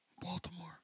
Baltimore